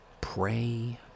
pray